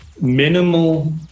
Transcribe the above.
minimal